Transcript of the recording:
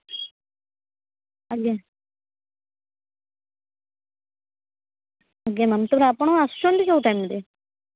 ଆଜ୍ଞା ଆଜ୍ଞା ମ୍ୟାମ୍ ତେବେ ଆପଣ ଆସୁଛନ୍ତି କେଉଁ ଟାଇମ୍ରେ